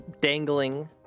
dangling